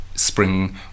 spring